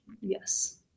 Yes